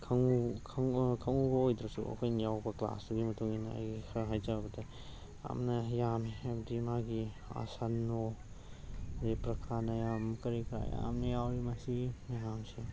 ꯈꯪꯉꯨꯕ ꯑꯣꯏꯗ꯭ꯔꯁꯨ ꯑꯩꯈꯣꯏꯅ ꯌꯥꯎꯕ ꯀ꯭ꯂꯥꯁꯇꯨꯒꯤ ꯃꯇꯨꯡ ꯏꯟꯅ ꯑꯩ ꯈꯔ ꯍꯥꯏꯖꯔꯕꯗ ꯌꯥꯝꯅ ꯌꯥꯝꯃꯤ ꯍꯥꯏꯕꯗꯤ ꯃꯥꯒꯤ ꯑꯁꯟꯅꯣ ꯑꯗꯒꯤ ꯀꯥꯀꯥꯅꯌꯝ ꯀꯔꯤ ꯀꯔꯥ ꯌꯥꯝ ꯌꯥꯎꯏ ꯃꯁꯤ ꯃꯌꯥꯝꯁꯦ